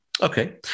Okay